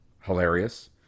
hilarious